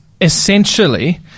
essentially